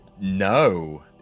No